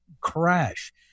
crash